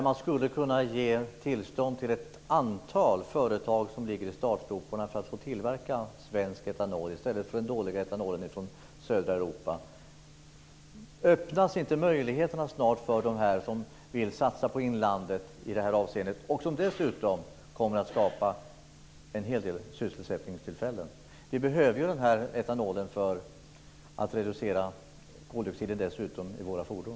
Man skulle kunna ge tillstånd till ett antal företag som ligger i startgroparna för att få tillverka svensk etanol som är bättre än den dåliga etanolen från södra Öppnas inte möjligheterna snart för dem som vill satsa på inlandet i det här avseendet och som dessutom kommer att skapa en hel del sysselsättningstillfällen? Vi behöver dessutom etanolen för att reducera koldioxiden i våra fordon.